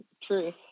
Truth